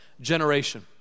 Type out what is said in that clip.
generation